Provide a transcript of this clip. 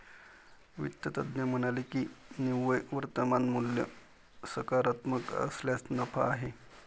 वित्त तज्ज्ञ म्हणाले की निव्वळ वर्तमान मूल्य सकारात्मक असल्यास नफा आहे